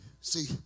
see